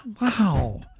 Wow